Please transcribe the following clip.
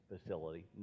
facility